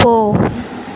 போ